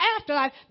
afterlife